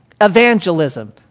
evangelism